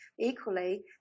Equally